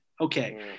Okay